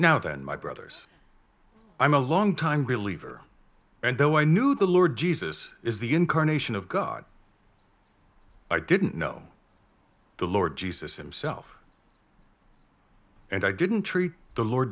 then my brothers i'm a long time reliever and though i knew the lord jesus is the incarnation of god i didn't know the lord jesus himself and i didn't treat the lord